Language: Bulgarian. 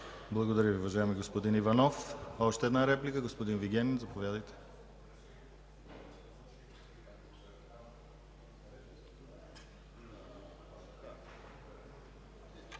Благодаря Ви, уважаеми господин Иванов. Още една реплика. Господин Вигенин, заповядайте.